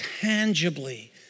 tangibly